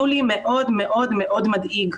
יולי מאוד מאוד מדאיג,